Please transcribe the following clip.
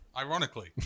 Ironically